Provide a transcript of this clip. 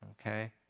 Okay